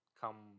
come